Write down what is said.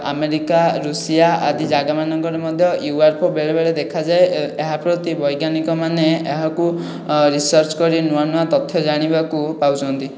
America Russia ଆଦି ଜାଗା ମାନଙ୍କରେ ମଧ୍ୟ ୟୁଏଫଓ ବେଳେ ବେଳେ ଦେଖାଯାଏ ଏହା ପ୍ରତି ବୈଜ୍ଞାନିକ ମାନେ ଏହାକୁ ରିସର୍ଚ୍ଚ କରି ନୂଆ ନୂଆ ତଥ୍ୟ ଜାଣିବାକୁ ପାଉଛନ୍ତି